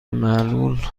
معلول